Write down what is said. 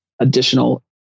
additional